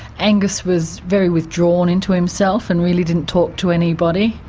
angus was very withdrawn into himself and really didn't talk to anybody,